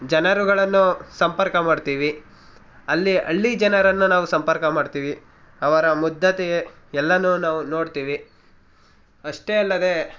ಜನರುಗಳನ್ನು ಸಂಪರ್ಕ ಮಾಡ್ತೀವಿ ಅಲ್ಲಿ ಹಳ್ಳಿ ಜನರನ್ನು ನಾವು ಸಂಪರ್ಕ ಮಾಡ್ತೀವಿ ಅವರ ಮುಗ್ಧತೆ ಎಲ್ಲನೂ ನಾವು ನೋಡ್ತೀವಿ ಅಷ್ಟೇ ಅಲ್ಲದೇ